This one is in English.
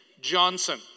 Johnson